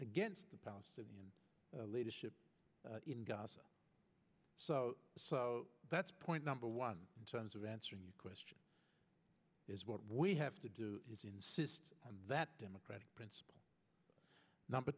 against the palestinian leadership in gaza so that's point number one in terms of answering the question is what we have to do is insist that democratic principle number